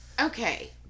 Okay